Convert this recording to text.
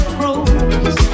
grows